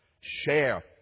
share